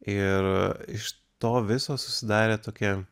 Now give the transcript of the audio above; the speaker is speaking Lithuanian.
ir iš to viso susidarė tokia